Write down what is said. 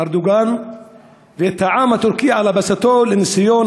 ארדואן ואת העם הטורקי על הבסת ניסיון